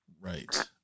Right